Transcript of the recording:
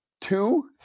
Two